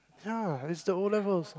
ya it's the O-levels